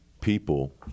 people